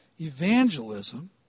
evangelism